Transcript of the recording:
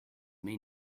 may